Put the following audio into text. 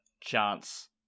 chance